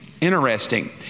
interesting